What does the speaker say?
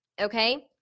Okay